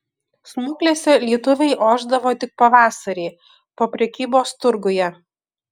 smuklėse lietuviai ošdavo tik pavasarį po prekybos turguje